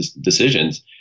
decisions